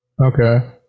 Okay